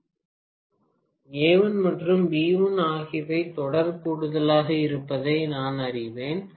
A1 மற்றும் B1 ஆகியவை தொடர் கூடுதலாக இருப்பதை நான் அறிவேன்